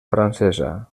francesa